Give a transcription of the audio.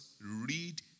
read